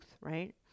right